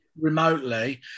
remotely